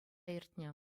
иртнӗ